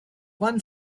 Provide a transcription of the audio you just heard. one